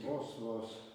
vos vos